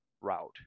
route